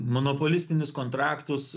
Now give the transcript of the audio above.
monopolistinius kontraktus